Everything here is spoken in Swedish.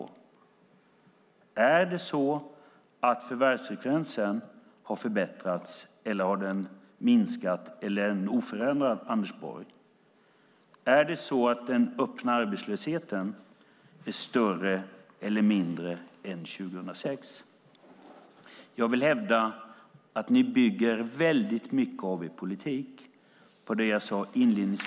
Har förvärvsfrekvensen förbättrats, eller har den minskat, eller är den oförändrad, Anders Borg? Är den öppna arbetslösheten större eller mindre än 2006? Jag vill hävda att ni bygger väldigt mycket av er politik på det jag sade inledningsvis.